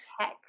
tech